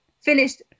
finished